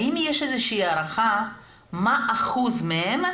האם יש הערכה לכמה האחוז מהם,